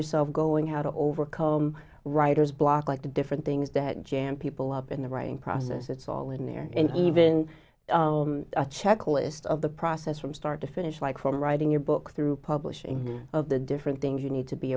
yourself going how to overcome writer's block like the different things that jam people up in the writing process it's all in there and even a checklist of the process from start to finish like from writing your book through publishing of the different things you need to be